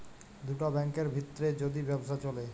দুটা ব্যাংকের ভিত্রে যদি ব্যবসা চ্যলে